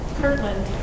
Kirtland